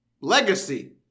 legacy